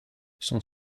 son